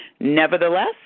Nevertheless